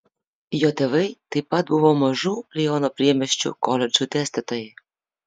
jo tėvai taip pat buvo mažų liono priemiesčių koledžų dėstytojai